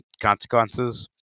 consequences